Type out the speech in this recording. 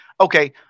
okay